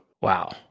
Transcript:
Wow